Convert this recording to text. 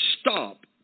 stop